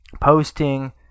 posting